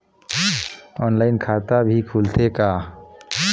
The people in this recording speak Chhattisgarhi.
ऑनलाइन खाता भी खुलथे का?